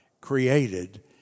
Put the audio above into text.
created